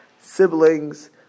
siblings